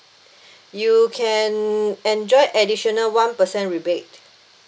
you care enjoy additional one per cent rebate